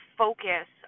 focus